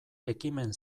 ekimen